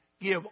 Give